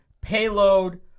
payload